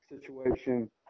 situation